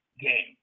game